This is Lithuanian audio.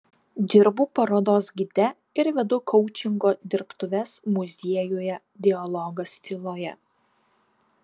dirbu parodos gide ir vedu koučingo dirbtuves muziejuje dialogas tyloje